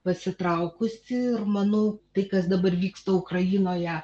pasitraukusi ir manau tai kas dabar vyksta ukrainoje